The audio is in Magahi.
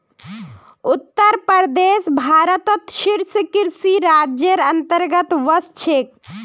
उत्तर प्रदेश भारतत शीर्ष कृषि राज्जेर अंतर्गतत वश छेक